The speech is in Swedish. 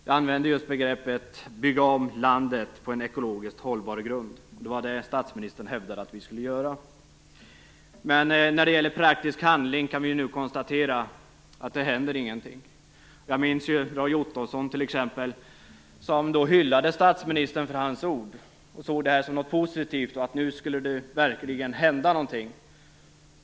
Han hävdade just att vi skulle bygga om landet på en ekologiskt hållbar grund. Men när det gäller praktisk handling kan vi nu konstatera att det inte händer någonting. Jag minns Roy Ottosson t.ex., som då hyllade statsministern för hans ord. Han såg dem som något positivt, att nu skulle det verkligen hända någonting.